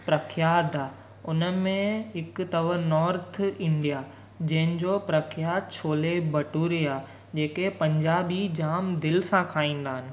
प्रख्यात आहे उन में हिकु अथव नॉर्थ इंडिया जंहिंजो प्रख्यात छोले भटूरे आहे जेके पंजाबी जामु दिलि सां खाईंदा आहिनि